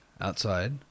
outside